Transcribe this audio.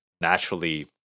naturally